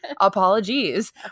Apologies